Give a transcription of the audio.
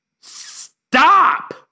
stop